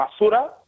basura